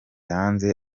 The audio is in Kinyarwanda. hanze